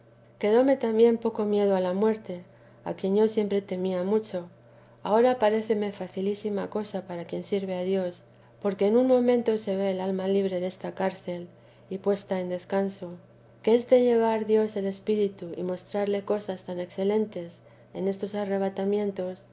quedóme también poco miedo a la muerte a quien yo siempre temía mucho ahora paréceme facilísima cosa para quien sirve a dios porque en un momento se ve el alma libre desta cárcel y puesta en descanso que este llevar dios el espíritu y mostrarle cosas tan excelentes en estos arrobamientos